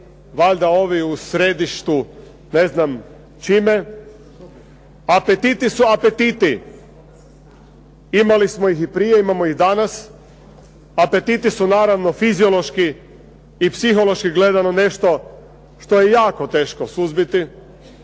valjda u središtu ne znam čime. Apetiti su apetiti. Imali smo ih i prije, imamo i danas. Apetiti su naravno fiziološki i psihološki gledano nešto što je jako teško suzbiti,